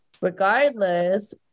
regardless